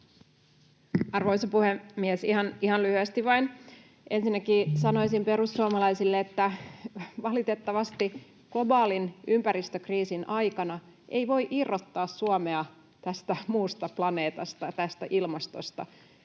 Arvoisa puhemies! Ihan lyhyesti vain. Ensinnäkin sanoisin perussuomalaisille, että valitettavasti globaalin ympäristökriisin aikana ei voi irrottaa Suomea tästä muusta planeetasta ja ilmastosta.